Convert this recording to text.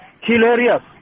hilarious